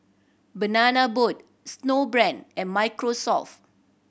Banana Boat Snowbrand and Microsoft